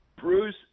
Bruce